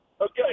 Okay